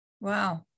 Wow